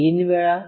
तीन वेळा